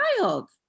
wild